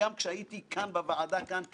את התפיסה הזו מהראש שלך.